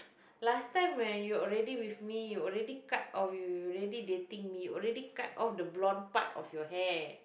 last time when you already with me you already cut oh you already dating me you already cut off the blonde part of your hair